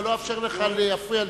אבל לא אאפשר לך להפריע ליושבת-ראש.